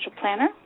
planner